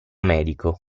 medico